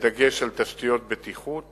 בדגש על תשתיות בטיחות